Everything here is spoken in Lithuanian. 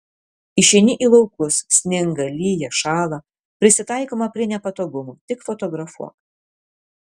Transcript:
išeini į laukus sninga lyja šąla prisitaikoma prie nepatogumų tik fotografuok